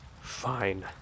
Fine